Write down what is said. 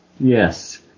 Yes